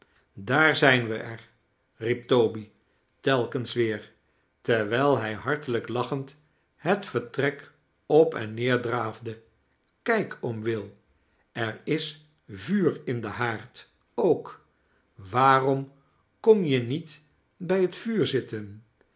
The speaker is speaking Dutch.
daar zijn we er riep toby telkens weer terwijl hij hartelijk lachend het vertrek op en neerdraafde kijk oom will er is vuur in den haard ook waarom kom je niet bij het vuur zitten